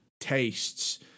tastes